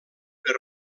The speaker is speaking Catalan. per